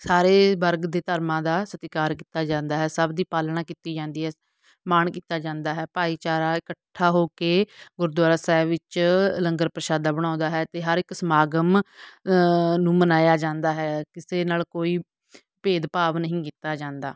ਸਾਰੇ ਵਰਗ ਦੇ ਧਰਮਾਂ ਦਾ ਸਤਿਕਾਰ ਕੀਤਾ ਜਾਂਦਾ ਹੈ ਸਭ ਦੀ ਪਾਲਣਾ ਕੀਤੀ ਜਾਂਦੀ ਹੈ ਮਾਣ ਕੀਤਾ ਜਾਂਦਾ ਹੈ ਭਾਈਚਾਰਾ ਇਕੱਠਾ ਹੋ ਕੇ ਗੁਰਦੁਆਰਾ ਸਾਹਿਬ ਵਿੱਚ ਲੰਗਰ ਪ੍ਰਸ਼ਾਦਾ ਬਣਾਉਂਦਾ ਹੈ ਅਤੇ ਹਰ ਇੱਕ ਸਮਾਗਮ ਨੂੰ ਮਨਾਇਆ ਜਾਂਦਾ ਹੈ ਕਿਸੇ ਨਾਲ ਕੋਈ ਭੇਦਭਾਵ ਨਹੀਂ ਕੀਤਾ ਜਾਂਦਾ